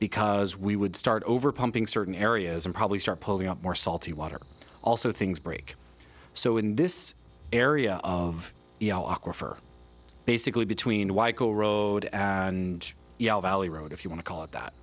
because we would start over pumping certain areas and probably start pulling up more salty water also things break so in this area of basically between weikel road and yell valley road if you want to call it that